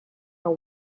know